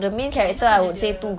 okay I know ada the